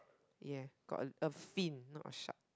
ya got a a fin not a shark